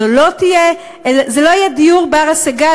זה לא יהיה דיור בר-השגה,